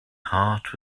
heart